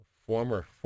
Former